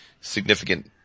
significant